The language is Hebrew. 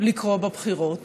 לקרות בבחירות